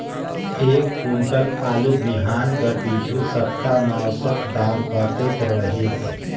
एक कुंटल आलू बिहान कर पिछू सप्ता म औसत दाम कतेक रहिस?